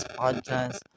podcast